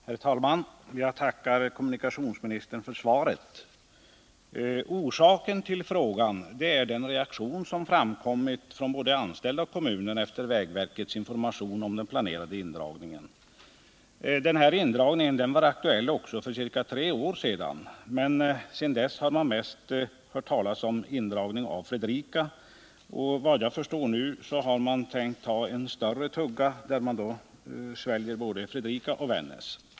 Herr talman! Jag tackar kommunikationsministern för svaret. Orsaken till frågan är den reaktion som framkommit från både de anställda och kommunerna efter vägverkets information om den planerade indragningen. Den här indragningen var aktuell också för ca tre år sedan, men sedan dess har man mest hört talas om en indragning av Fredrika. Enligt vad jag förstår nu har man tänkt ta en större tugga, varvid man sväljer både Fredrika och Vännäs.